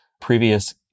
previous